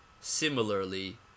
Similarly